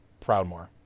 Proudmore